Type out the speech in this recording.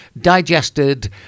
digested